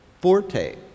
forte